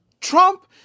Trump